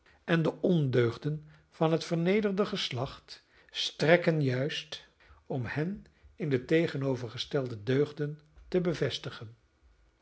en de ondeugden van het vernederde geslacht strekken juist om hen in de tegenovergestelde deugden te bevestigen